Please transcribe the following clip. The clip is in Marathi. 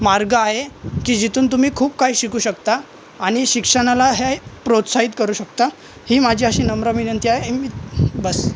मार्ग आहे की जिथून तुम्ही खूप काही शिकू शकता आणि शिक्षणाला हे प्रोत्साहित करू शकता ही माझी अशी नम्र विनंती आहे एम बस